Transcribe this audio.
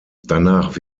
danach